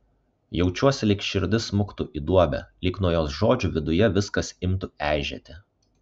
jaučiuosi lyg širdis smuktų į duobę lyg nuo jos žodžių viduje viskas imtų eižėti